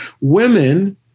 women